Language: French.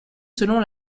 selon